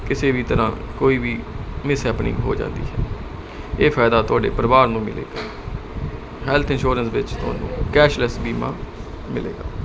ਕਿਸੇ ਵੀ ਤਰ੍ਹਾਂ ਕੋਈ ਵੀ ਮਿਸ ਹੈਪਨਿੰਗ ਹੋ ਜਾਂਦੀ ਹੈ ਇਹ ਫਾਇਦਾ ਤੁਹਾਡੇ ਪਰਿਵਾਰ ਨੂੰ ਮਿਲੇਗਾ ਹੈਲਥ ਇੰਸ਼ੋਰੈਂਸ ਵਿੱਚ ਤੁਹਾਨੂੰ ਕੈਸ਼ਲੈਸ ਬੀਮਾ ਮਿਲੇਗਾ